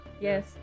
Yes